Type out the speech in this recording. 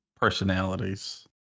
personalities